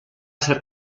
ser